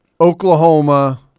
Oklahoma